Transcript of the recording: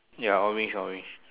ya orange orange